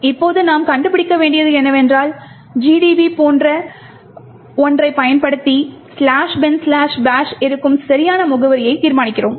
இப்போது நாம் கண்டுபிடிக்க வேண்டியது என்னவென்றால் GDB போன்ற ஒன்றைப் பயன்படுத்தி "binbash" இருக்கும் சரியான முகவரியை தீர்மானிக்கிறோம்